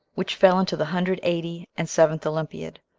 which fell into the hundred eighty and seventh olympiad,